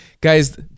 guys